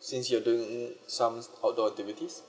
since you're doing some outdoor activities